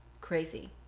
crazy